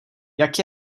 jak